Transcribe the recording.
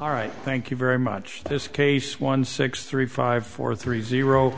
all right thank you very much this case one six three five four three zero